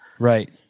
Right